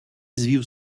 звів